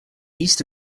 east